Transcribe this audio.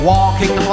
Walking